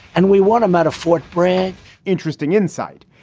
and we want them out of fort bragg interesting insight.